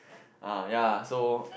uh ya so